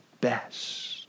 best